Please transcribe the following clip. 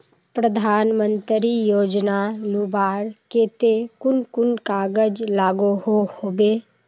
प्रधानमंत्री योजना लुबार केते कुन कुन कागज लागोहो होबे?